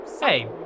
Hey